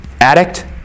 addict